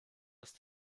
ist